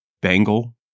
bangle